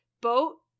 Boat